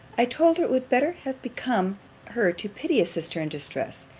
i told her it would better have become her to pity a sister in distress,